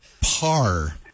Par